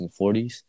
1940s